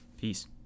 peace